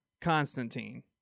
Constantine